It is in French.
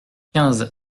quinze